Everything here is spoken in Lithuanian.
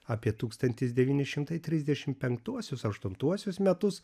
apie tūkstantis devyni šimtai trisdešim penktuosius aštuntuosius metus metus